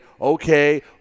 okay